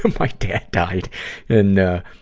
um like dad died in, ah,